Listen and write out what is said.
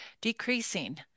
decreasing